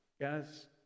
Guys